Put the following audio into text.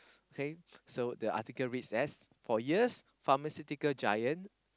okay so the article reads as for years pharmaceutical giant